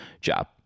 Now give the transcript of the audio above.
job